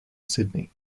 sydney